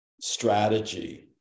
strategy